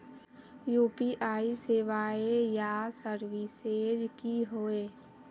UPI सेवाएँ या services की होय?